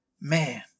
Man